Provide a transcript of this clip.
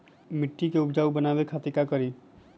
मिट्टी के उपजाऊ बनावे खातिर का करी?